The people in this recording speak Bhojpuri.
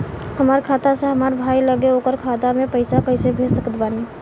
हमार खाता से हमार भाई लगे ओकर खाता मे पईसा कईसे भेज सकत बानी?